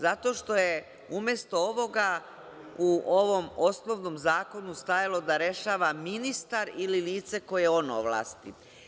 Zato što je umesto ovoga u ovom osnovnom zakonu stajalo da rešava ministar ili lice koje on ovlasti.